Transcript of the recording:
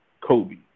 Kobe